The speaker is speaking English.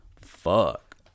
fuck